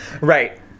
right